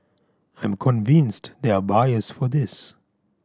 I'm convinced there are buyers for this